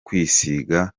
kwisiga